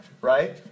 Right